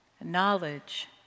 Knowledge